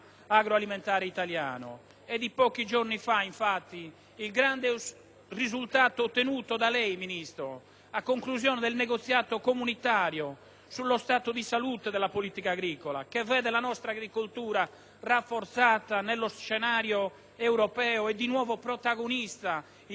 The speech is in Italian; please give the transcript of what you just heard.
È di pochi giorni fa, infatti, il grande risultato ottenuto da lei, signor Ministro, a conclusione del negoziato comunitario sullo stato di salute della politica agricola, che vede la nostra agricoltura rafforzata nello scenario europeo e di nuovo protagonista in una trattativa comunitaria.